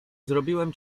zrobiłem